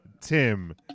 Tim